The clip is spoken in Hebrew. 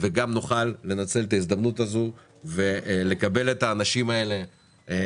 וגם נוכל לנצל את ההזדמנות הזו ולקבל את האנשים האלה כאן.